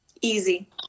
Easy